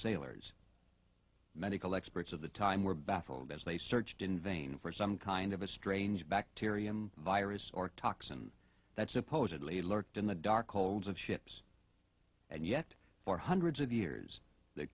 sailors medical experts of the time were baffled as they searched in vain for some kind of a strange bacterium virus or toxin that supposedly lurked in the dark holes of ships and yet for hundreds of years th